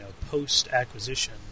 post-acquisition